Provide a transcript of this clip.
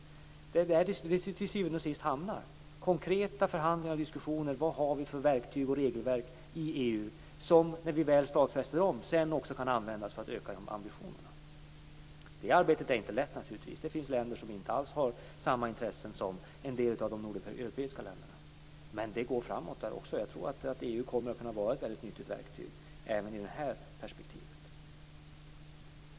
Det är där vi till syvende och sist hamnar, konkreta förhandlingar och diskussioner. Vad har vi för verktyg och regelverk i EU som när vi väl stadfäster dem också kan användas för att öka ambitionerna? Det arbetet är naturligtvis inte lätt. Det finns länder som inte alls har samma intressen som en del av de nordeuropeiska länderna. Men det går framåt där också. Jag tror att EU kommer att kunna vara ett mycket nyttigt verktyg även i det här perspektivet.